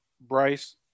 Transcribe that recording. Bryce